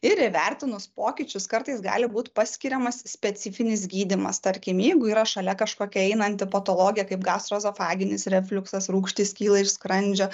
ir įvertinus pokyčius kartais gali būt paskiriamas specifinis gydymas tarkim jeigu yra šalia kažkokia einanti patologija kaip gastroezofaginis refliuksas rūgštys kyla iš skrandžio